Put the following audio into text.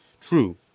True